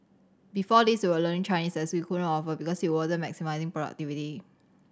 before this they were learning Chinese as we couldn't offer because it wasn't maximising productivity